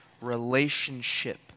relationship